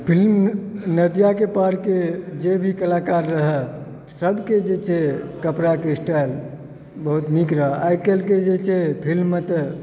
film नदियाके पारके जे भी कलाकार रहए सबकेँ जे छै कपड़ाके स्टाइल बहुत नीक रहऽ आइकाल्हिके जे छै फिल्ममे तऽ